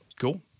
Cool